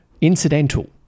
incidental